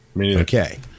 Okay